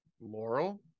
laurel